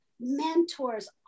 mentors